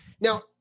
now